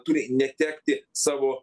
turi netekti savo